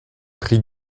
prix